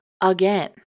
again